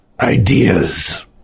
ideas